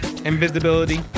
Invisibility